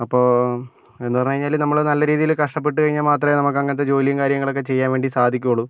അപ്പോൾ എന്ന് പറഞ്ഞു കഴിഞ്ഞാൽ നമ്മൾ നല്ല രീതിയിൽ കഷ്ടപ്പെട്ട് കഴിഞ്ഞാൽ മാത്രമേ നമുക്ക് അങ്ങനത്തെ ജോലിയും കാര്യങ്ങളൊക്കെ ചെയ്യാൻ വേണ്ടി സാധിക്കുകയുള്ളൂ